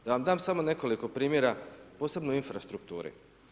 Da vam dam samo nekoliko primjera posebno infrastrukturi.